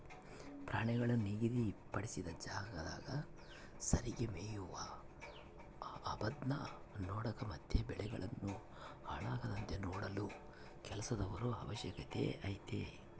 ಪ್ರಾಣಿಗಳು ನಿಗಧಿ ಪಡಿಸಿದ ಜಾಗದಾಗ ಸರಿಗೆ ಮೆಯ್ತವ ಅಂಬದ್ನ ನೋಡಕ ಮತ್ತೆ ಬೆಳೆಗಳನ್ನು ಹಾಳಾಗದಂತೆ ನೋಡಲು ಕೆಲಸದವರ ಅವಶ್ಯಕತೆ ಐತೆ